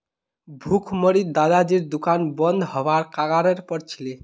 भुखमरीत दादाजीर दुकान बंद हबार कगारेर पर छिले